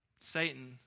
Satan